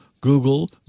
Google